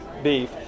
beef